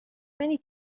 many